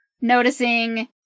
noticing